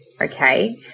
Okay